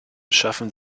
schaffen